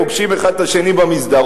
פוגשים אחד את השני במסדרון,